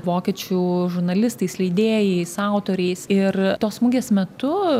vokiečių žurnalistais leidėjais autoriais ir tos mugės metu